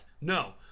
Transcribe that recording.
No